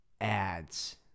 ads